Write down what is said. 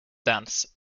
dance